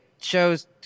shows